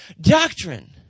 Doctrine